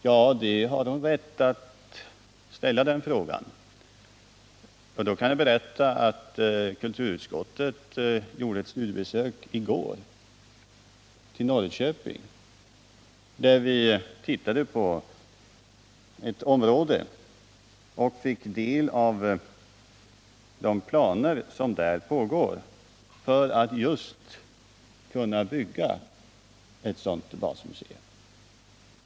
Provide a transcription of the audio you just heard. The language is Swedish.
Den frågan har Eva Hjelmström all rätt att ställa, och jag kan berätta att kulturutskottet i går gjorde ett studiebesök i Norrköping där vi tittade på ett område och fick ta del av de planer som man där har att kunna bygga just ett sådant basmuseum.